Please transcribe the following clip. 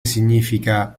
significa